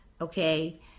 okay